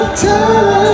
time